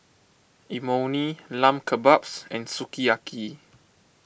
Imoni Lamb Kebabs and Sukiyaki